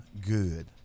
good